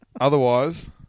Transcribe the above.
Otherwise